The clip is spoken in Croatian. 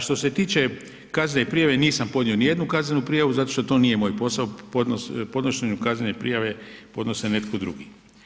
Što se tiče kaznene prijave, nisam podnio ni jednu kaznenu prijavu zato što to nije moj posao, podnošenju kaznene prijave podnose netko drugi.